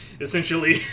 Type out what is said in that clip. essentially